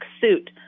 suit